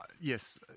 Yes